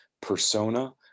persona